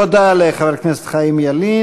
תודה לחבר הכנסת חיים ילין.